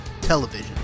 television